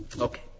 Okay